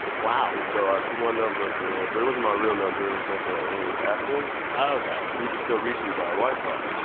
wow and so i put my number of there. but it wasn't my real number, it was like ah one of those app things oh, ok well, you can still reach me by wi-fi.